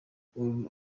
uhuru